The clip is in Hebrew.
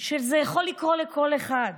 שזה יכול לקרות לכל אחד.